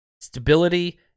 Stability